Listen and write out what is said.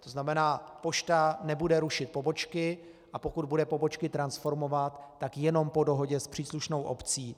To znamená, pošta nebude rušit pobočky, a pokud bude pobočky transformovat, tak jenom po dohodě s příslušnou obcí.